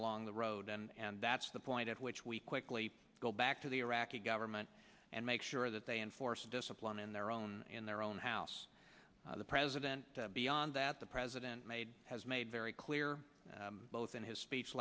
along the road and that's the point at which we quickly go back to the iraqi government and make sure that they enforce discipline in their own in their own house the president beyond that the president made has made very clear both in his speech